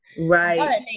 right